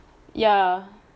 ya